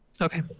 okay